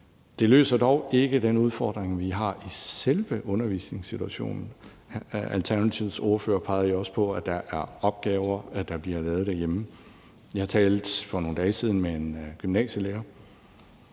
Det løser dog ikke den udfordring, vi har i selve undervisningssituationen. Alternativets ordfører pegede også på, at der er opgaver, der bliver lavet derhjemme. Jeg talte for nogle dage siden med en gymnasielærer,